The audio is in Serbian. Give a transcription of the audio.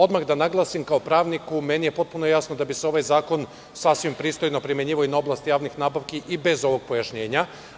Odmah da naglasim, kao pravniku, jasno mi je da bi se ovaj zakon pristojno primenjivao u oblasti javnih nabavki i bez ovog pojašnjenja.